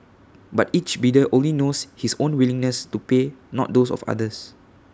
but each bidder only knows his own willingness to pay not those of others